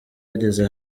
yageze